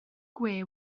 gwe